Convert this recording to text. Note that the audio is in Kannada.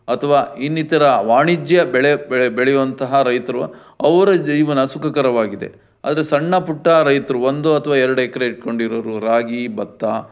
ಅಥವಾ ಇನ್ನಿತರ ವಾಣಿಜ್ಯ ಬೆಳೆ ಬೆಳೆ ಬೆಳೆಯುವಂತಹ ರೈತರು ಅವರ ಜೀವನ ಸುಖಕರವಾಗಿದೆ ಆದರೆ ಸಣ್ಣಪುಟ್ಟ ರೈತರು ಒಂದು ಅಥವಾ ಎರಡು ಎಕ್ರೆ ಇಟ್ಕೊಂಡಿರೋವ್ರು ರಾಗಿ ಭತ್ತ